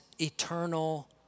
eternal